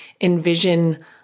envision